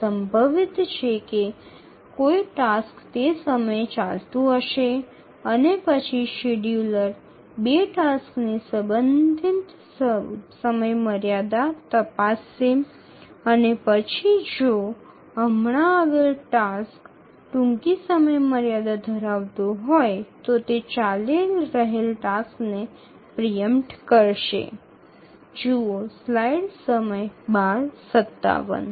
খুব সম্ভবত অন্য কোনও টাস্কটি সেই সময়ে চলতে থাকবে এবং শিডিয়ুলকারী ২টি কার্যের আপেক্ষিক সময়সীমা পরীক্ষা করবে এবং তারপরে যদি উপস্থিত একটির একটি সংক্ষিপ্ত সময়সীমা থাকে তবে এটি চলমান কার্যটিকে প্রথমে খালি করে দেবে